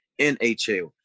NHL